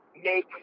make